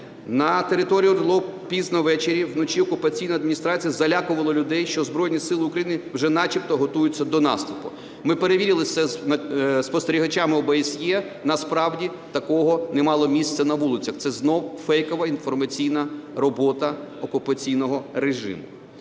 На території ОРДЛО пізно ввечері, вночі окупаційна адміністрація залякувала людей, що Збройні Сили України вже начебто готуються до наступу. Ми перевірили це зі спостерігачами ОБСЄ, насправді таке не мало місця на вулицях, це знову фейкова інформаційна робота окупаційного режиму.